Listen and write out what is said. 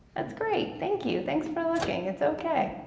that's great, thank you. thanks for looking, it's ok.